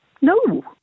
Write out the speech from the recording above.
No